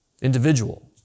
individual